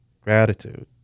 gratitude